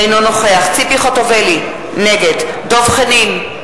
אינו נוכח ציפי חוטובלי, נגד דב חנין,